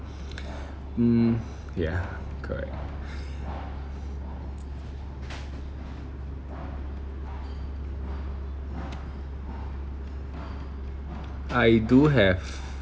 mm ya correct I do have